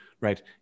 right